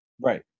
Right